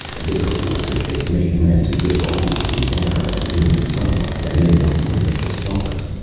therefore did they make men to live always in the air and in the sunlight, and in the light of the stars,